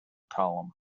column